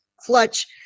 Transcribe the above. clutch